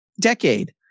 decade